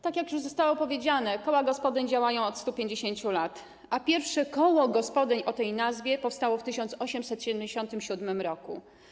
Tak jak już tu powiedziano, koła gospodyń działają od 150 lat, a pierwsze koło gospodyń o tej nazwie powstało w 1877 r.